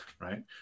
right